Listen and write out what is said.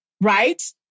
Right